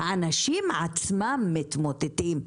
האנשים עצמם מתמוטטים.